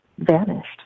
vanished